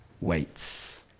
waits